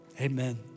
amen